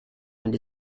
and